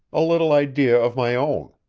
a little idea of my own.